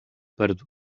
perdut